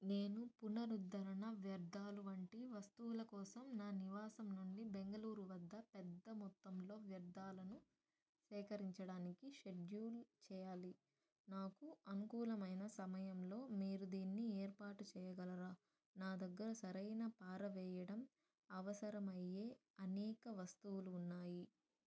నేను పునరుద్ధరణ వ్యర్థాలు వంటి వస్తువుల కోసం నా నివాసం నుండి బెంగళూరు వద్ద పెద్దమొత్తంలో వ్యర్థాలను సేకరించడానికి షెడ్యూల్ చెయ్యాలి నాకు అనుకూలమైన సమయంలో మీరు దీన్ని ఏర్పాటు చెయ్యగలరా నాదగ్గర సరైన పారవేయడం అవసరమయ్యే అనేక వస్తువులు ఉన్నాయి